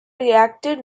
reacted